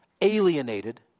alienated